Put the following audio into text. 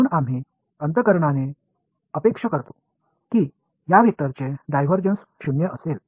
म्हणून आम्ही अंतःकरणाने अपेक्षा करतो की या वेक्टरचे डायव्हर्जन्स शून्य असेल